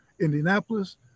Indianapolis